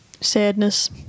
Sadness